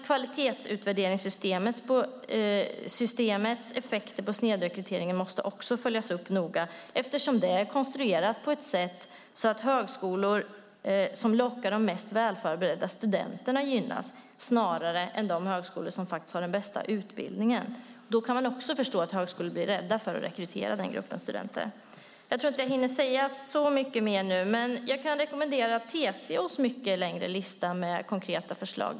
Kvalitetsutvärderingssystemets effekter på snedrekryteringen måste också följas upp noga, eftersom det är konstruerat på ett sätt som gör att högskolor som lockar de mest välförberedda studenterna gynnas snarare än de högskolor som har den bästa utbildningen. Då kan man också förstå att högskolor blir rädda för att rekrytera den gruppen studenter. Jag tror inte att jag hinner säga så mycket mer nu, men jag kan rekommendera TCO:s mycket längre lista med konkreta förslag.